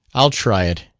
i'll try it,